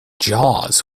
jaws